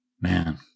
Man